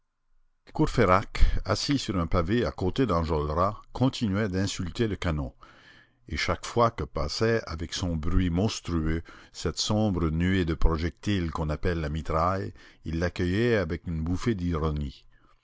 assis sur un pavé à côté d'enjolras continuait d'insulter le canon et chaque fois que passait avec son bruit monstrueux cette sombre nuée de projectiles qu'on appelle la mitraille il l'accueillait par une bouffée d'ironie